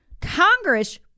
Congress